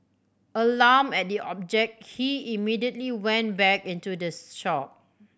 alarmed at the object he immediately went back into the shop